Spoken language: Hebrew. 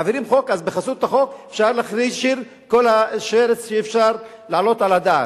מעבירים חוק ובחסות החוק אפשר להכשיר כל שרץ שאפשר להעלות על הדעת.